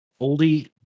oldie